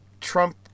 Trump